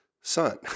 son